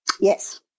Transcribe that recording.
Yes